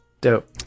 dope